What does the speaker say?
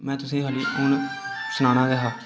मैं तुसेंगी हून सनाना गै हा